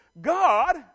God